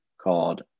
called